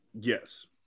Yes